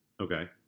Okay